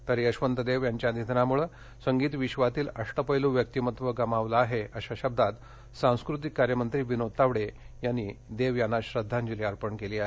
तर यशवंत देव यांच्या निधनामुळं संगीत विधातील अष्टपेलू व्यक्तिमत्त्व गमावलं आहे या शब्दांत सांस्कृतिक कार्यमंत्री विनोद तावडे यांनी यशवंत देव यांना श्रद्वांजली अर्पण केली आहे